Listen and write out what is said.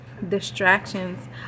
distractions